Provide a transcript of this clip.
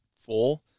four